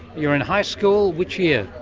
you're in high school, which year?